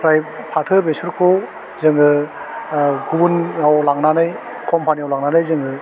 फ्राय फाथो बेसरखौ जोङो ओह गुबुनाव लांनानै कम्फानियाव लांनानै जोङो